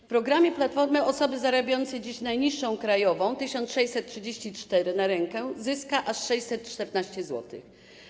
W programie Platformy osoba zarabiająca dziś najniższą krajową - 1634 zł na rękę zyska aż 614 zł.